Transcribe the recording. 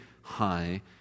high